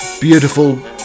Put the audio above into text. beautiful